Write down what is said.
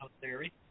theory